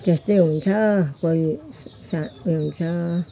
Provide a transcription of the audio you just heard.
त्यस्तै हुन्छ कोही सानो हुन्छ